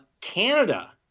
Canada